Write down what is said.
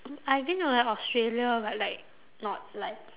I've been to like australia but like not like